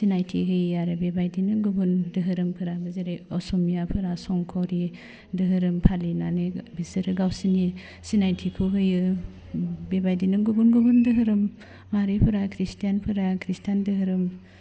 सिनायथि होयो आरो बेबायदिनो गुबुन दोहोरोमफोराबो जेरै असमियाफ्रा जेरै संकरि दोहोरोम फालिनानै बिसोरो गावसिनि सिनायथिखौ होयो बेबायदिनो गुबुन गुबुन दोहोरोमारिफोरा ख्रिस्टियानफोरा ख्रिस्टियान दोहोरोम